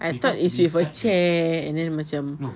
I thought it's with a chair and then macam